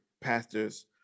pastors